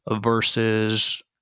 versus